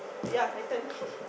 ya my turn